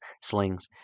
slings